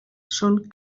són